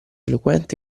eloquente